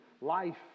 life